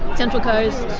central coast,